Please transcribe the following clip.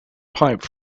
pipe